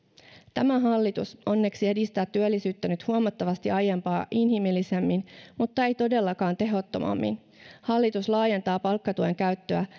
tämä hallitus onneksi edistää työllisyyttä nyt huomattavasti aiempaa inhimillisemmin mutta ei todellakaan tehottomammin hallitus laajentaa palkkatuen käyttöä